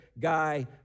guy